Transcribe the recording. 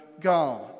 God